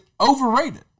overrated